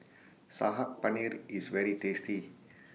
Saag Paneer IS very tasty